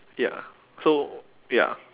ya so ya